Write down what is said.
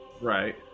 Right